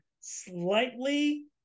slightly